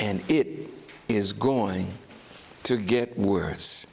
and it is going to get worse